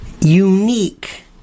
unique